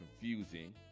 confusing